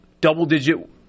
double-digit